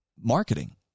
marketing